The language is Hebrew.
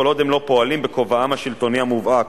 כל עוד הם לא פועלים בכובעם השלטוני המובהק,